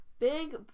Big